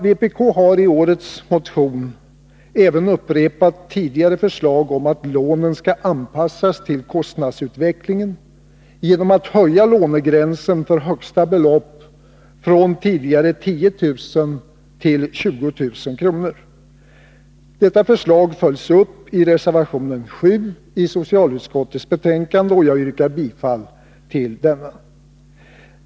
Vpk har i årets motion även upprepat tidigare förslag om att lånen skall anpassas till kostnadsutvecklingen genom att man höjer gränsen för högsta lånebelopp från 10 000 till 20 000 kr. Detta förslag följs upp i reservation 7 i socialutskottets betänkande, och jag yrkar bifall till denna.